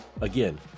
Again